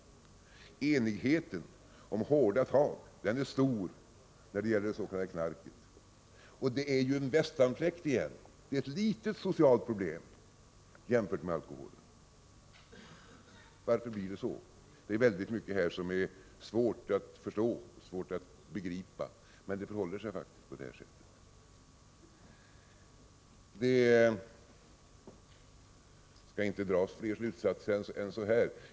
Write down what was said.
Enigheten om hårda tag är stor när det gäller det s.k. knarket. Men det är ju — för att använda samma uttryck igen — en västanfläkt, ett litet socialt problem jämfört med alkoholmissbruket. Varför blir det så? Det är mycket i de här sammanhangen som är svårt att förstå, men det förhåller sig faktiskt på det sättet. Jag skall inte dra fler slutsatser.